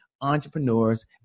entrepreneurs